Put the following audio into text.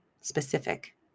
specific